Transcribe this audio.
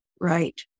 Right